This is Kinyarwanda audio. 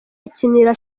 akinira